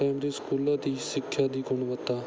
primary ਸਕੂਲਾਂ ਦੀ ਸਿੱਖਿਆ ਦੀ ਗੁਣਵੱਤਾ